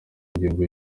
ingengo